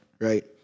right